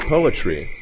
Poetry